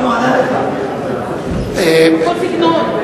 אותו סגנון.